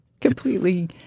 Completely